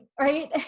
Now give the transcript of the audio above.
right